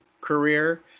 career